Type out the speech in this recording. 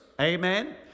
Amen